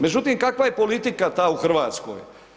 Međutim kakva je politika ta u Hrvatskoj?